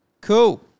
Cool